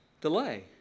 delay